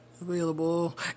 available